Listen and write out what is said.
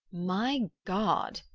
my god!